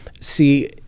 see